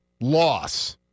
loss